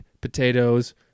potatoes